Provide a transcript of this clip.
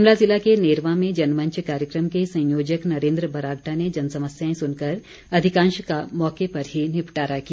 शिमला जिला के नेरवा में जनमंच कार्यक्रम के संयोजक नरेन्द्र बरागटा ने जनसमस्याएं सुनकर अधिकांश का मौके पर ही निपटारा किया